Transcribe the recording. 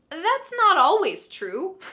that's not always true.